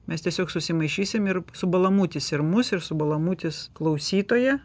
mes tiesiog susimaišysim ir subalamūtis ir mus ir subalamūtis klausytoją